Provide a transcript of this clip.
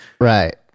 Right